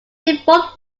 default